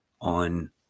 on –